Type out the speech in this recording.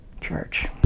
church